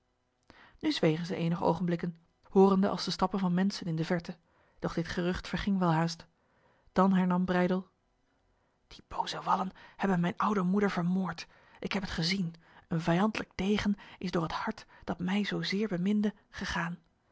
nu zwegen zij enige ogenblikken horende als de stappen van mensen in de verte doch dit gerucht verging welhaast dan hernam breydel die boze wallen hebben mijn oude moeder vermoord ik heb het gezien een vijandlijke degen is door het hart dat mij zozeer beminde gegaan